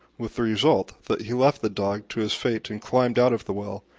with the result that he left the dog to his fate and climbed out of the well,